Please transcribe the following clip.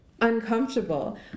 uncomfortable